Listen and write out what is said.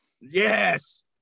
Yes